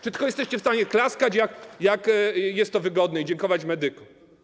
Czy tylko jesteście w stanie klaskać, gdy jest to wygodne, i dziękować medykom?